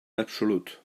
absolut